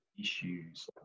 issues